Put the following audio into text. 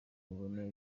ubonye